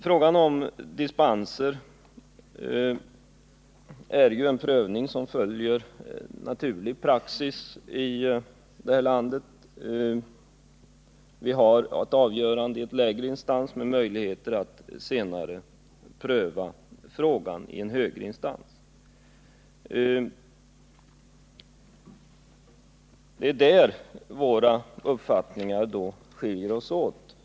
Frågan om dispenser är en prövning som följer naturlig praxis här i landet. Avgörandet kommer först i en lägre instans, men möjlighet finns att senare pröva frågan i en högre instans. Det är där våra uppfattningar skiljer sig åt.